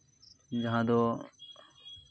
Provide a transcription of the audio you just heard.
ᱡᱟᱦᱟᱸ ᱫᱚ